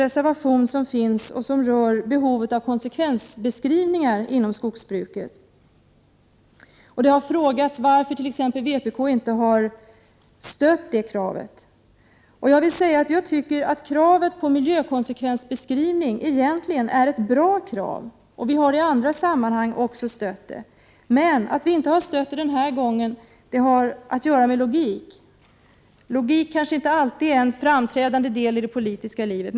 Reservationen om konsekvensbeskrivningar inom skogsbruket har tagits upp tidigare i debatten. Det har frågats varför vpk inte har stött kravet på konsekvensbeskrivningar. Jag tycker att det egentligen är ett bra krav, och vi har i andra sammanhang stött sådana krav. Att vi inte har gjort det den här gången har att göra med logik. Logik kanske inte alltid är en framträdande del i det politiska livet.